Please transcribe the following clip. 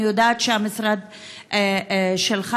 אני יודעת שהמשרד שלך,